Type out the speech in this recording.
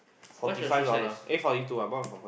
forty five dollar eh forty two I bought it for for